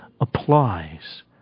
applies